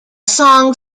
song